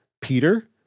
Peter